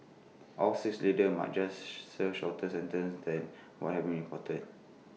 all six leaders might just serve shorter sentences than what has been reported